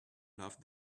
loved